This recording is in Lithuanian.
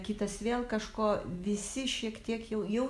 kitas vėl kažko visi šiek tiek jau